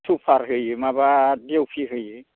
super होयो माबा इउ पि होयो